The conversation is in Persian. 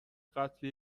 قتل